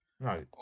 No